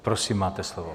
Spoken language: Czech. Prosím, máte slovo.